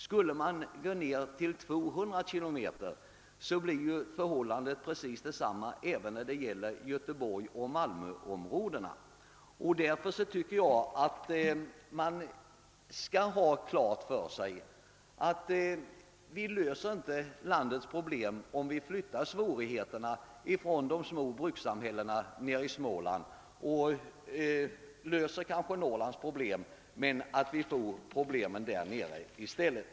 Skulle man gå ned till en gräns på 200 km, blir förhållandet precis detsamma även när det gäller Göteborgsoch Malmöområdena. Man bör ha klart för sig att vi inte löser landets problem om vi flyttar svårigheterna till de små brukssamhällena i Småland. Det kanske löser Norrlands problem, men vi får problemen där nere i stället.